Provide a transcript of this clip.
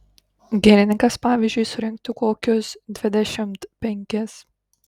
girininkas pavyzdžiui surinktų kokius dvidešimt penkis